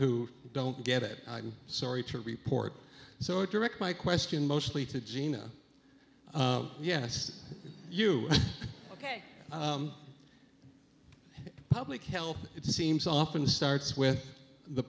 who don't get it i'm sorry to report so it direct my question mostly to gina yes you look a public health it seems often starts with the